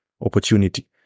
Opportunity